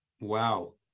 Wow